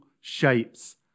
shapes